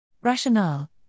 Rationale